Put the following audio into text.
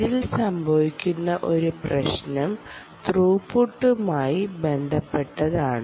ഇതിൽ സംഭവിക്കുന്ന ഒരു പ്രശ്നം ത്രൂപുട്ടുമായി ബന്ധപ്പെട്ടാണ്